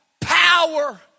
power